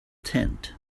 tent